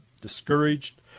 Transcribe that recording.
discouraged